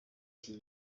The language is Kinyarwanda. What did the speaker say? iki